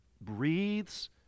breathes